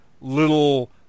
little